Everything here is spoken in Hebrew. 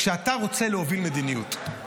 כשאתה רוצה להוביל מדיניות,